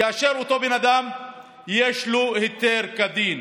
כאשר לאותו בן אדם יש היתר כדין.